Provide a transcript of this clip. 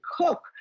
cook